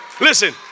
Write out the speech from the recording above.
Listen